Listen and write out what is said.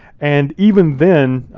and even then,